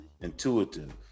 intuitive